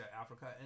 Africa